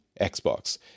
xbox